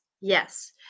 Yes